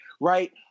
right